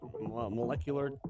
molecular